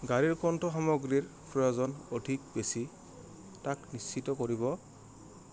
গাড়ীৰ কণ্ঠ সামগ্ৰীৰ প্ৰয়োজন অধিক বেছি তাক নিশ্চিত কৰিব